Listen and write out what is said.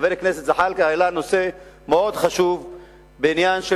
חבר הכנסת זחאלקה העלה נושא מאוד חשוב בעניין של